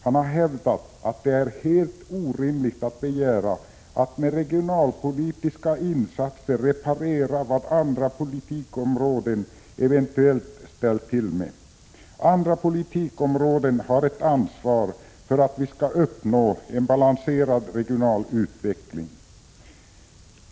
Han har hävdat att det är helt orimligt att begära att man med regionalpolitiska insatser skall kunna reparera vad andra politikområden eventuellt ställt till med. Andra politikområden har ett ansvar för att vi skall uppnå en balanserad regional utveckling.